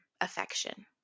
affection